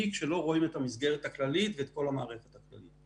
כשלא רואים את המסגרת הכללית ואת כל המערכת הכללית.